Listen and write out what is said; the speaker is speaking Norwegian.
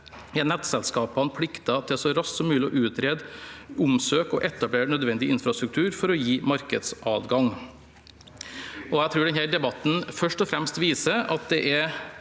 er nettselskapene pliktet til så raskt som mulig å utrede, omsøke og etablere nødvendig infrastruktur for å gi markedsadgang. Jeg tror denne debatten først og fremst viser betydningen